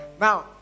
Now